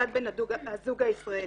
מצד בן הזוג הישראלי.